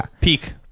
peak